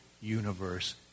universe